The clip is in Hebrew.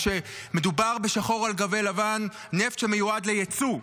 כשמדובר בשחור על גבי לבן: נפט שמיועד ליצוא,